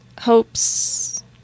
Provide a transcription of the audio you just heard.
hopes